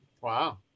wow